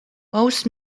most